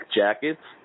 jackets